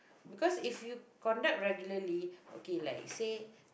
because if you conduct regularly okay like say